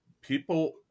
People